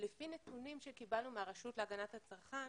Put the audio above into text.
לפי נתונים שקיבלנו מהרשות להגנת הצרכן,